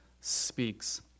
speaks